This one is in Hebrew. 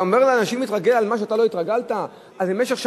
אתה אומר לאנשים להתרגל על מה שאתה לא התרגלת?